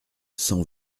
cent